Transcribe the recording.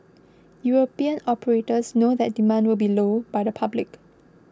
European operators know that demand will be low by the public